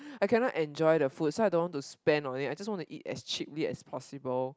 I cannot enjoyed the food so I don't want to spend on it I just want to eat as cheaply as possible